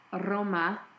Roma